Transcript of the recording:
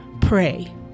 pray